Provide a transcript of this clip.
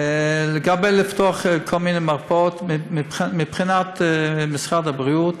לגבי פתיחת כל מיני מרפאות, מבחינת משרד הבריאות